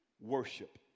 Worship